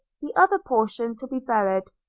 the other portion to be buried,